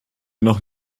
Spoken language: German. noch